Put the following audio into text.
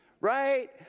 right